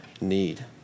need